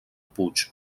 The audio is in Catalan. puig